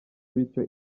bityo